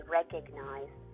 recognize